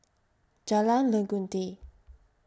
Jalan Legundi